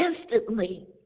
instantly